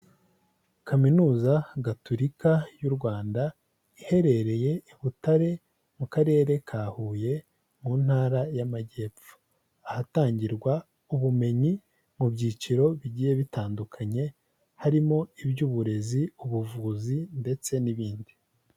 Kaminuza Gatolika y'u Rwanda iherereye i Butare mu Karere ka Huye mu Ntara y'Amajyepfo, ahatangirwa ubumenyi mu byiciro bigiye bitandukanye harimo iby'uburezi, ubuvuzi ndetse n'ibindi.